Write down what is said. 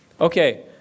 Okay